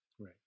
right